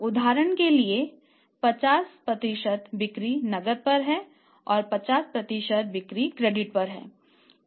उदाहरण के लिए 50 बिक्री नकदी पर है और 50 बिक्री क्रेडिट पर है